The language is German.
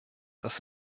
dass